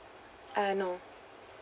uh no